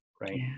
right